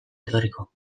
etorriko